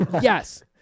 Yes